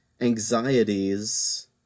anxieties